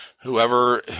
whoever